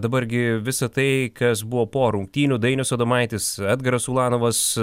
dabar gi visa tai kas buvo po rungtynių dainius adomaitis edgaras ulanovas